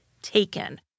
taken